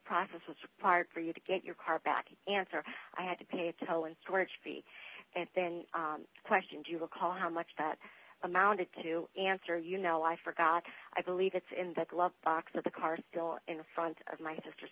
process was part for you to get your car back answer i had to pay it to go and storage fee and then question do you recall how much that amounted to answer you know i forgot i believe it's in the glove box of the car still in the front of my sister's